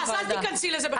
אז אל תיכנסי לזה.